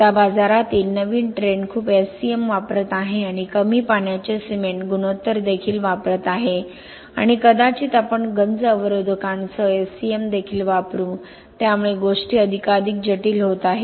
आता बाजारातील नवीन ट्रेंड खूप SCM वापरत आहे आणि कमी पाण्याचे सिमेंट गुणोत्तर देखील वापरत आहे आणि कदाचित आपण गंज अवरोधकांसह SCM देखील वापरू त्यामुळे गोष्टी अधिकाधिक जटिल होत आहेत